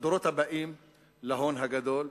הבאים להון הגדול,